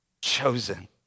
chosen